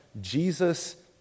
Jesus